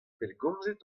pellgomzet